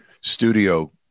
studio